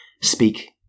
speak